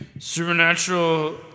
supernatural